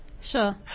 Sure